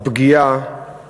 הפגיעה